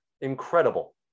incredible